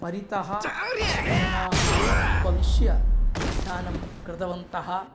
परितः जनाः उपविश्य ध्यानं कृतवन्तः